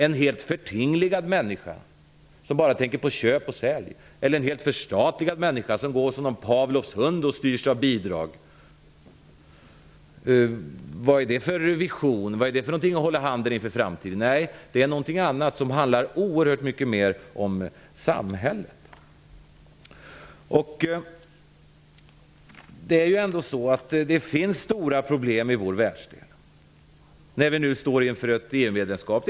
En helt förtingligad människa, som bara tänker på köp och sälj, eller en helt förstatligad människa, som går som en pavlovsk hund och styrs av bidrag, vad är det för vision? Vad är det att hålla i handen i framtiden? Nej, samhället handlar om oerhört mycket mer. Det finns stora problem i vår världsdel när vi nu står inför ett EU-medlemskap.